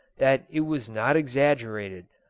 that it was not exaggerated,